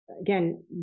again